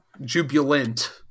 jubilant